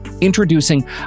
Introducing